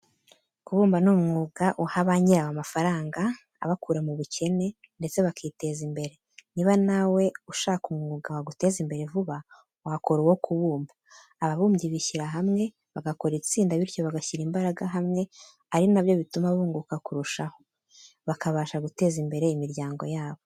kubumba ni umwuga uha ba nyirawo amafaranga abakura mu bukene, ndetse bakiteza imbere, niba nawe ushaka umwuga waguteza imbere vuba, wakora uwo kubumba. Ababumbyi bishyira hamwe bagakora itsinda bityo bagashyira imbaraga hamwe, ari na byo bituma bunguka kurushaho, bakabasha guteza imbere imiryango yabo.